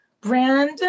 Brand